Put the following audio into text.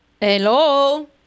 Hello